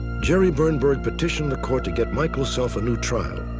gerry birnberg petitioned the court to get michael self a new trial.